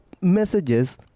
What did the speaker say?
messages